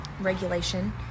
regulation